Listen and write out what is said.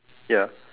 ya